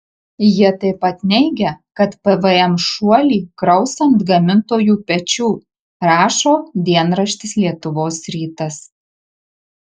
jie taip pat neigia kad pvm šuolį kraus ant gamintojų pečių rašo dienraštis lietuvos rytas